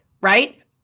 right